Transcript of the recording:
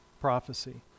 prophecy